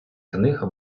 книга